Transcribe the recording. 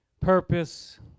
Purpose